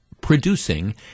producing